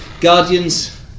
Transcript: Guardians